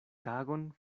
tagon